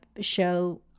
show